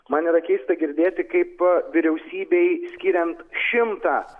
man yra keista girdėti kaip vyriausybei skiriant šimtą